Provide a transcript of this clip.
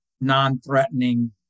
non-threatening